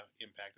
impact